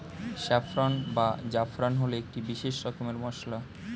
saffron বা জাফরান হল একটি বিশেষ রকমের মশলা